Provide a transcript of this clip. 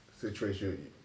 situation